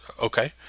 Okay